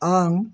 आं